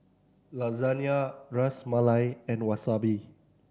Lasagna Ras Malai and Wasabi